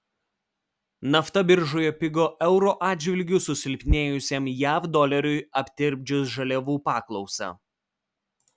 nafta biržoje pigo euro atžvilgiu susilpnėjusiam jav doleriui aptirpdžius žaliavų paklausą